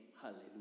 Hallelujah